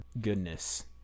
goodness